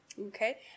okay